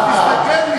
אז תסתכל.